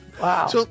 wow